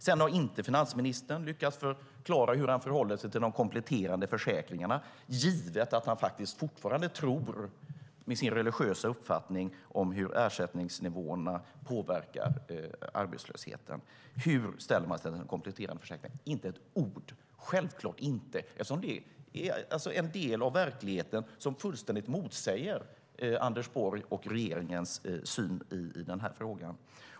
Finansministern har inte lyckats förklara hur han förhåller sig till de kompletterande försäkringarna, hur han fortfarande, med sin religiösa uppfattning, tror att ersättningsnivåerna påverkar arbetslösheten. Hur ställer man sig till den kompletterande försäkringen? Det sägs inte ett ord om detta. Självklart inte, eftersom det är en del av verkligheten som fullständigt motsäger Anders Borgs och regeringens syn i den här frågan.